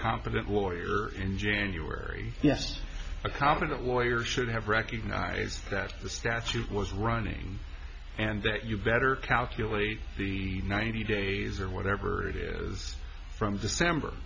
competent lawyer in january yes a competent lawyer should have recognized that the statute was running and that you better calculate the ninety days or whatever it is from december